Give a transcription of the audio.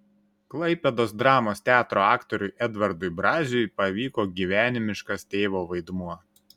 klaipėdos dramos teatro aktoriui edvardui braziui pavyko gyvenimiškas tėvo vaidmuo